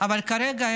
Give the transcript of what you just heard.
אבל כרגע,